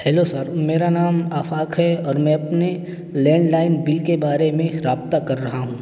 hello sir میرا نام آفاق ہے اور میں اپنے لینڈ لائن بل کے بارے میں رابطہ کر رہا ہوں